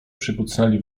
przykucnęli